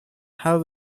how